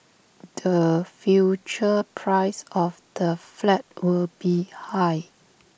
the future price of the flat will be high